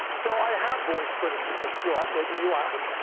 so i have voiced criticisms. you're right. maybe you haven't.